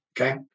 Okay